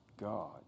God